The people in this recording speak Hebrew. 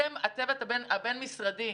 והצוות הבין-משרדי.